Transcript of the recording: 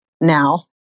now